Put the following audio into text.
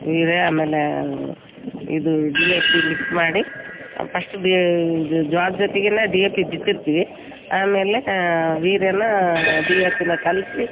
ವೀರ್ಯಾ ಆಮೇಲೇ ಇದು D F P mix ಮಾಡಿ ಪಸ್ಟ್ ಬ್ಯ ಇದು ಜೋಳದ್ ಜೊತೆಗೆನೇ ಡಿ ಎಪ್ ಪಿ ಬಿತ್ತಿರ್ತೀವಿ ಆಮೇಲೆ ವೀರ್ಯನಾ ಡಿ ಎಪ್ ಪಿನಾ ಕಲಸಿ ಹಾಕ್ತಿವ್